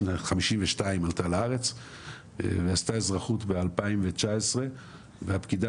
בשנת 1952 עלתה לארץ ועשתה אזרחות ב-2019 והפקידה